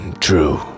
True